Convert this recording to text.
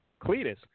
Cletus